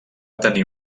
tenir